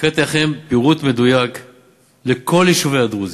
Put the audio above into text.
הקראתי לכם פירוט מדויק לכל יישובי הדרוזים,